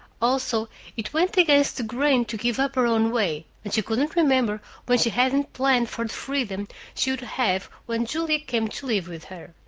also it went against the grain to give up her own way, and she couldn't remember when she hadn't planned for the freedom she would have when julia came to live with her.